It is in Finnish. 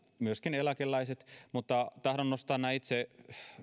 myöskin eläkeläiset mutta tahdon nostaa näin itse